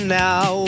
now